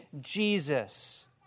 Jesus